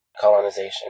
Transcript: colonization